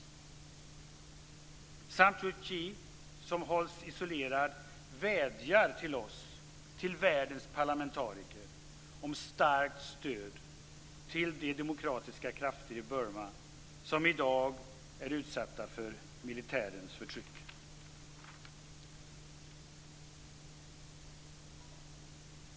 Aung San Suu Kyi, som hålls isolerad vädjar till oss, till världens parlamentariker, om starkt stöd till de demokratiska krafter i Burma som i dag är utsatta för militärens förtryck.